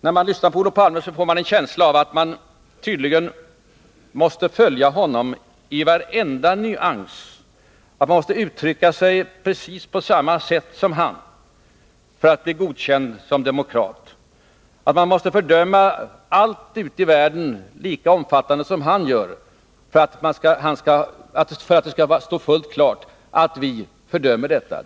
När jag lyssnar på Olof Palme, får jag en känsla av att man måste följa honom i varenda nyans, uttrycka sig på precis samma sätt som han för att bli godkänd som demokrat. Man måste fördöma allt ute i världen lika omfattande som han för att det skall bli fullt klart att man är lika fördömande som han.